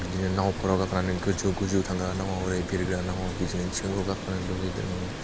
बिदिनो नावफ्राव गाखोनानै गोजौ गोजौ थांग्रा नावाव ओरै बिरग्रा नावाव बिसोरनि थिखिनिफ्राव गाखोनो लुगैदों